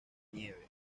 nieve